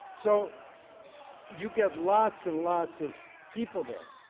so you get lots and lots of people there.